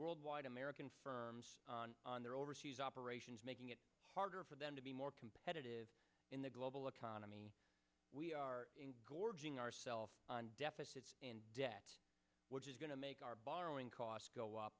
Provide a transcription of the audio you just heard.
orldwide americans on their overseas operations making it harder for them to be more competitive in the global economy we are gorging ourselves on deficits and debt which is going to make our borrowing costs go up